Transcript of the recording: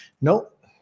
Nope